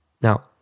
Now